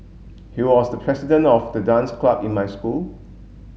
he was the president of the dance club in my school